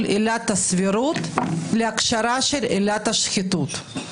עילת הסבירות להכשרה של עילת השחיתות.